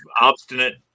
obstinate